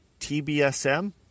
TBSM